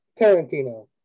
Tarantino